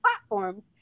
platforms